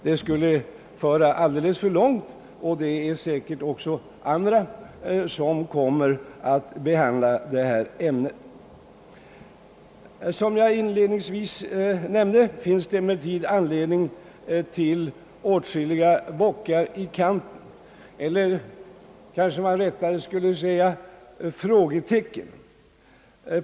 Det skulle föra alldeles för långt, och det är säkert också andra som kommer att behandla detta ämne. Som jag inledningsvis nämnde, finns det emellertid anledning till åtskilliga bockar i kanten, eller kanske man rättare skulle säga frågetecken.